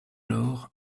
lors